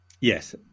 Yes